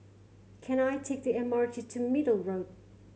can I take the M R T to Middle Road